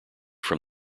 from